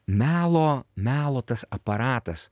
melo melo tas aparatas